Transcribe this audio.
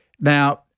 Now